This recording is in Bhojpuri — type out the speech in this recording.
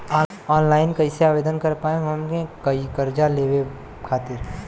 ऑनलाइन कइसे आवेदन कर पाएम हम कर्जा लेवे खातिर?